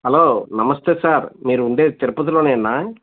hello నమస్తే sir మీరు ఉండేది తిరుపతిలోనేనా